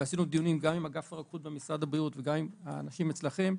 ועשינו דיון גם עם אגף הרוקחות במשרד הבריאות וגם עם האנשים אצלכם,